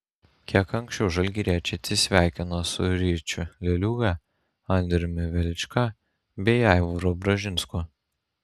kiek anksčiau žalgiriečiai atsisveikino su ryčiu leliūga andriumi velička bei aivaru bražinsku